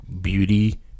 beauty